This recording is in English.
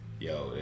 Yo